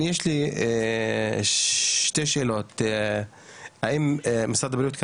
יש לי שתי שאלות, האם משרד הבריאות כאן?